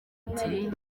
ati